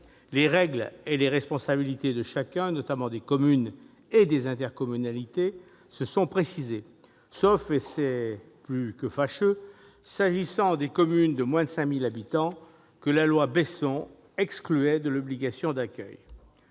les règles et les responsabilités de chacun, notamment des communes et des intercommunalités, se sont précisées, sauf, et c'est plus que fâcheux, s'agissant des communes de moins de 5 000 habitants, que la loi Besson excluait de l'obligation d'accueil.